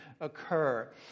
occur